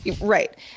Right